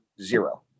zero